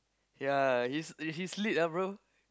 ya he's he's lit ah bro